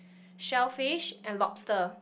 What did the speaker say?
shellfish and lobster